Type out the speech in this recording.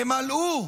תמלאו,